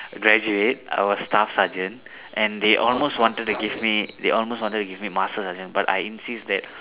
graduate I was staff sergeant and they almost wanted to give me they almost wanted to give me master sergeant but I insist that